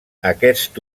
aquest